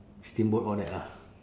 steamboat all that ah